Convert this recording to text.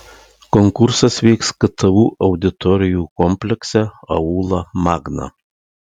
konkursas vyks ku auditorijų komplekse aula magna